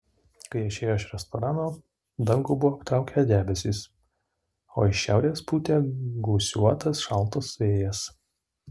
kai jie išėjo iš restorano dangų buvo aptraukę debesys o iš šiaurės pūtė gūsiuotas šaltas vėjas